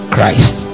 Christ